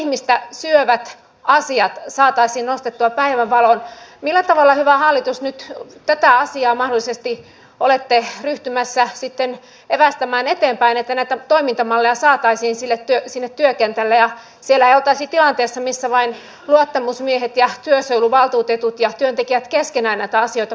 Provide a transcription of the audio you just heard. mistä syövät naisia saataisiin nostettua päivänvaloon millä tavalla hyvä hallitus nyt tätä asiaa mahdollisesti olette ryhtymässä sitten evästämään eteenpäin että näitä toimintamalleja saataisiin sinne ja sinne työkentälle ja siellä ne oltaisi tilanteessa missä vain luottamusmiehet jäähtyä selluvaltuutetut ja työntekijät keskenään näitä asioita